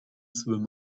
swim